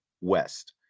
west